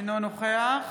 אינו נוכח